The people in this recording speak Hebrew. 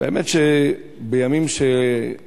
והאמת שבימים שיש